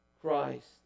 Christ